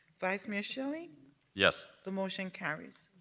vice mayor shelley yes. the motion carries.